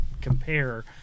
compare